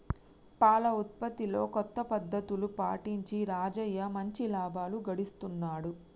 పాల ఉత్పత్తిలో కొత్త పద్ధతులు పాటించి రాజయ్య మంచి లాభాలు గడిస్తున్నాడు